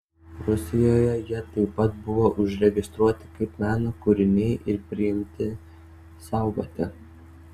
rusijoje jie taip pat buvo užregistruoti kaip meno kūriniai ir priimti saugoti